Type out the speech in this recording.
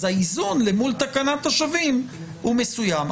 אז האיזון אל מול תקנת השבים הוא מסוים.